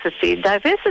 Diversity